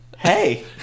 Hey